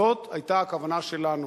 זאת היתה הכוונה שלנו.